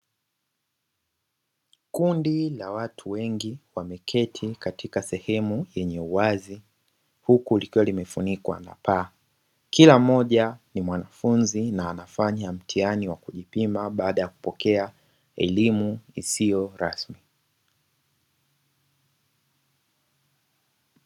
Kundi la watu wengi wameketi katika sehemu yenye uwazi huku likiwa limefunikwa na paa, kila mmoja ni mwanafunzi na anafanya mtihani wa kujipima baada ya kupokea elimu isiyo rasmi.